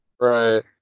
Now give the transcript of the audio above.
right